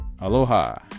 aloha